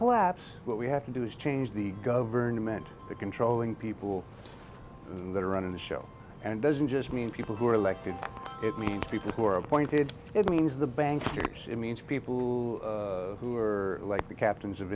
collapse what we have to do is change the government the controlling people that are running the show and doesn't just mean people who are elected it means people who are appointed it means the bankers it means people who were like the captains of